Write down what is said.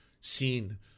seen